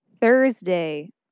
Thursday